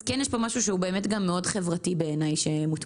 אז כן יש פה משהו שהוא גם מאוד חברתי בעיניי שמוטמע.